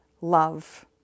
love